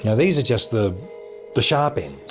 yeah these are just the the sharp end,